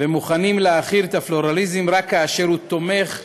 ומוכנים להחיל את הפלורליזם רק כאשר הוא תומך בדעותיכם,